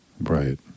Right